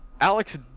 Alex